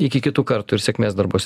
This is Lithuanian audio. iki kitų kartų ir sėkmės darbuose